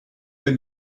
been